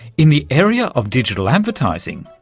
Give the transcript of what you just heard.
in the area of digital advertising,